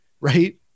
right